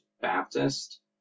Baptist